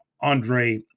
Andre